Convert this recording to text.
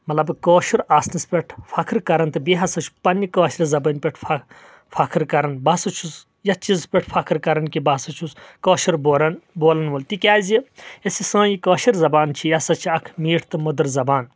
مطلب کٲشُر آسنس پٮ۪ٹھ فخر کران تہٕ بییٚہِ ہسا چھُس پننہِ کٲشرِ زبٲنہِ پٮ۪ٹھ فخر کران بہ ہسا چھُس یتھ چیٖزس ہٮ۪ٹھ فخر کران کہِ بہ ہسا چھُس کٲشُر بورن بولان وول تِکیازِ یۄس یہِ سٲنۍ یہِ کٲشر زبان چھِ یہِ ہسا چھِ اکۍ میٖٹھ تہٕ مٔدٕر زبان